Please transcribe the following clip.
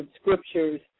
scriptures